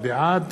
בעד